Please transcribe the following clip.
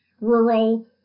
rural